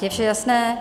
Je vše jasné?